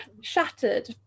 shattered